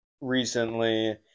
recently